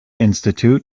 institute